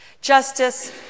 Justice